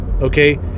Okay